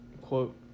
quote